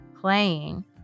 playing